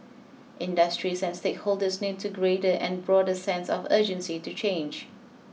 industries and stakeholders need a greater and broader sense of urgency to change